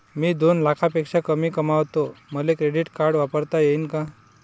मी दोन लाखापेक्षा कमी कमावतो, मले क्रेडिट कार्ड वापरता येईन का?